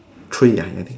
three uh I think